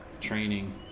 training